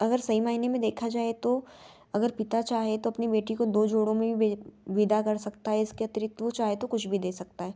अगर सही मैंने में देखा जाए तो अगर पिता चाहे तो अपनी बेटी को दो जोड़ों में ही विदा कर सकता है इसके अतिरिक्त वो चाहे तो कुछ भी दे सकता है